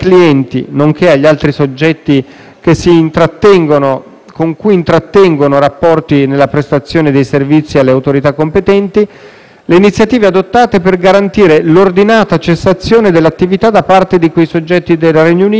con cui intrattengono rapporti nella prestazione dei servizi alle autorità competenti, le iniziative adottate per garantire l'ordinata cessazione dell'attività da parte di quei soggetti del Regno Unito che operano nel territorio italiano